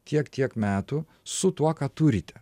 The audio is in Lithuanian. tiek tiek metų su tuo ką turite